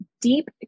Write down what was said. deep